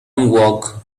walk